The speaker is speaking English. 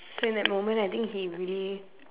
so in that moment I think he really